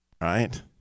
Right